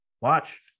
Watch